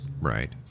right